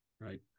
Right